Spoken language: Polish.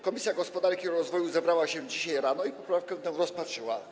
Komisja Gospodarki i Rozwoju zebrała się dzisiaj rano i poprawkę tę rozpatrzyła.